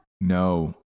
No